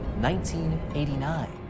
1989